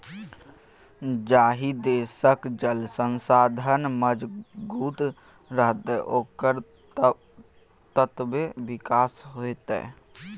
जाहि देशक जल संसाधन मजगूत रहतै ओकर ततबे विकास हेतै